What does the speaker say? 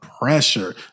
pressure